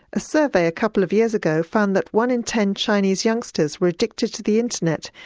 a survey a couple of years ago found that one in ten chinese youngsters were addicted to the internet,